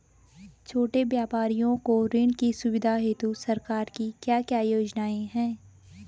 छोटे व्यापारियों को ऋण की सुविधा हेतु सरकार की क्या क्या योजनाएँ हैं?